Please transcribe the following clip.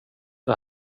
det